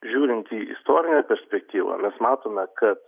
žiūrint į istorinę perspektyvą mes matome kad